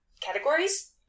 categories